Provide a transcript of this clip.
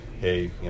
hey